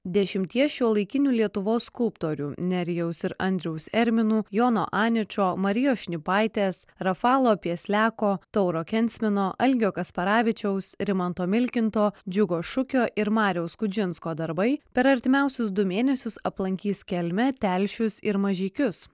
dešimties šiuolaikinių lietuvos skulptorių nerijaus ir andriaus erminų jono aničo marijos šnipaitės rafalo piesliako tauro kensmino algio kasparavičiaus rimanto milkinto džiugo šukio ir mariaus skudžinsko darbai per artimiausius du mėnesius aplankys kelmę telšius ir mažeikius